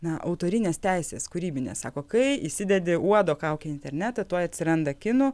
na autorinės teisės kūrybinės sako kai įsidedi uodo kaukę į internetą tuoj atsiranda kinų